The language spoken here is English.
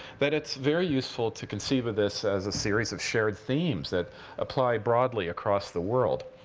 that it's very useful to conceive of this as a series of shared themes that apply broadly across the world.